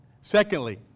Secondly